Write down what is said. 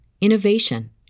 innovation